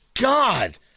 God